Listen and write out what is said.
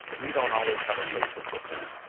we don't always have a place to put them.